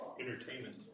Entertainment